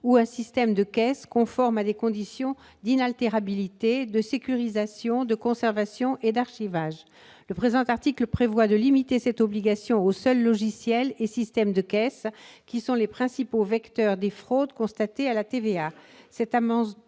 un système de caisse conforme à des conditions d'inaltérabilité, de sécurisation, de conservation et d'archivage. Le présent article limite cette obligation aux seuls logiciels et systèmes de caisse, qui sont les principaux vecteurs des fraudes constatées à la TVA. Cet amendement